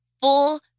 full